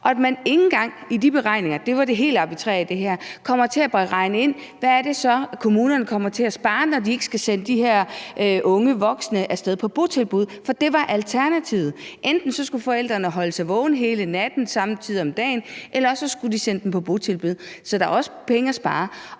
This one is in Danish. helt arbitrære i det her – kommer til at regne ind, hvad det så er, kommunerne kommer til at spare, når de ikke skal sende de her unge voksne af sted på botilbud, for det var alternativet. Enten skulle forældrene holde sig vågne hele natten og om dagen, eller også skulle de sende dem på botilbud. Så der er også penge at spare,